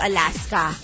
Alaska